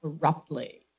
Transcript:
corruptly